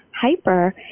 hyper